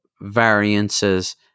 variances